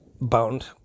bound